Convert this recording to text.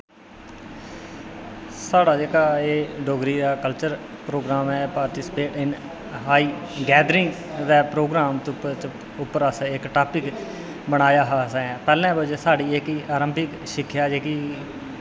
साढ़ा जेह्का एह् डोगरी दा कल्चर प्रोग्राम ऐ पार्टिसिपेट इन हाई गैदरिंग दा प्रोग्राम उप्पर अस इक टापिक बनाया हा पैह्लें जेह्की आरंभिक शिक्षा जेह्की